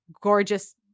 gorgeous